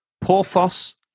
Porthos